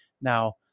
now